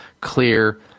clear